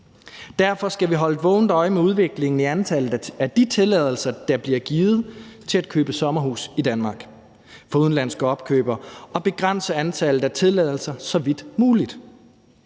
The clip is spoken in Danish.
Derfor skal vi holde et vågent øje med udviklingen i antallet af de tilladelser, der bliver givet, til at købe sommerhus i Danmark for udenlandske opkøbere og begrænse antallet af tilladelser så vidt muligt.